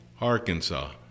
Arkansas